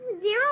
Zero